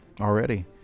Already